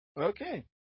Okay